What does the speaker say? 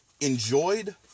enjoyed